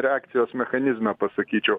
reakcijos mechanizme pasakyčiau